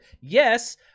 Yes